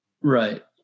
right